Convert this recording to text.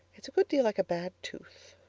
it's a good deal like a bad tooth.